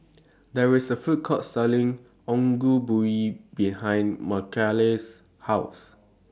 There IS A Food Court Selling Ongol Ubi behind Mckayla's House